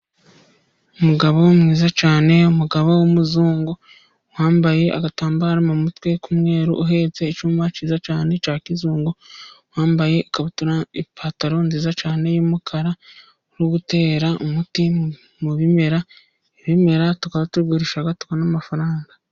Umugabo mwiza cyane, umugabo w’umuzungu wambaye agatambaro mu mutwe k’umweru, uhetse icyuma cyiza cyane cya kizungu, wambaye ipantaro nziza cyane y’umukara, uri gutera umuti mu bimera. Ibimera tukaba tubigurisha tukabona amafaranga.